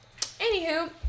Anywho